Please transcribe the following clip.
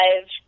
five